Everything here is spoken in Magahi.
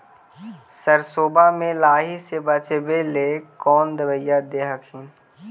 सरसोबा मे लाहि से बाचबे ले कौन दबइया दे हखिन?